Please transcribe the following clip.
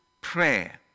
prayer